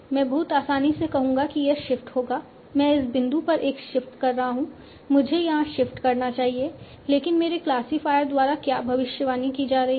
मैं बहुत आसानी से कहूंगा कि यह शिफ्ट होगा मैं इस बिंदु पर एक शिफ्ट कर रहा हूं मुझे यहां शिफ्ट करना चाहिए लेकिन मेरे क्लासिफायर द्वारा क्या भविष्यवाणी की जा रही है